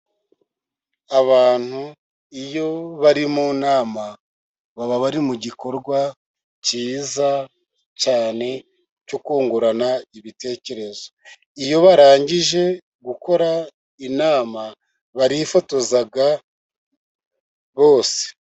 Abantu iyo bari mu nama, baba bari mu gikorwa cyiza cyane cyo kungurana ibitekerezo. Iyo barangije gukora inama barifotoza bose.